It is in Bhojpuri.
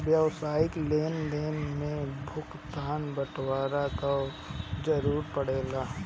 व्यावसायिक लेनदेन में भुगतान वारंट कअ जरुरत पड़ेला